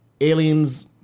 aliens